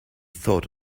thought